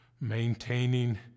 maintaining